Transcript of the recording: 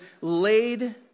laid